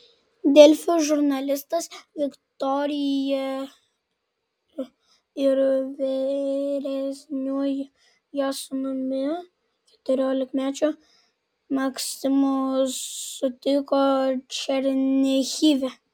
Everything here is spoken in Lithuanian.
delfi žurnalistas su viktorija ir vyresniuoju jos sūnumi keturiolikmečiu maksimu susitiko černihive